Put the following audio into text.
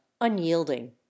unyielding